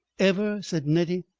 ever? said nettie.